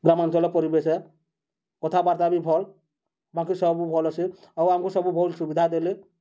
ଗ୍ରାମାଞ୍ଚଳ ପରିବେଶ ଏ କଥାବାର୍ତ୍ତା ବି ଭଲ୍ ବାକି ସବୁ ଭଲ୍ ଅଛେ ଆଉ ଆମ୍କୁ ସବୁ ବହୁତ୍ ସୁବିଧା ଦେଲେ